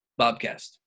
Bobcast